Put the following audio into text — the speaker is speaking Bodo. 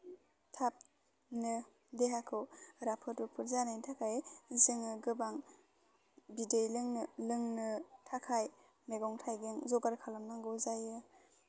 थाबनो देहाखौ राफोद रुफोद जानायनि थाखाय जोङो गोबां बिदै लोङो लोंनो थाखाय मैगं थाइगं जगार खालामनांगौ जायो